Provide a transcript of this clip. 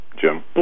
Jim